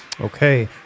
Okay